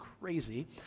crazy